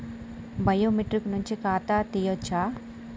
Biometric నుంచి ఖాతా తీయచ్చా?